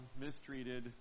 mistreated